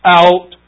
out